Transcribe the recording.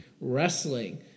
wrestling